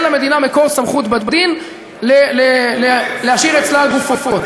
למדינה מקור סמכות בדין להשאיר אצלה גופות?